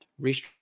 restructure